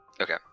Okay